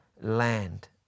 land